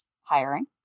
hiring